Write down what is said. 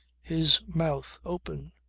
his mouth open,